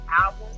album